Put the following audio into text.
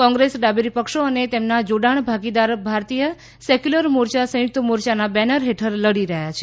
કોંગ્રેસ ડાબેરી પક્ષો અને તેમના જોડાણ ભાગીદાર ભારતીય સેક્યુલર મોરચા સંયુક્ત મોરચાના બેનર હેઠળ લડી રહ્યા છે